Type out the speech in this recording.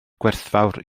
gwerthfawr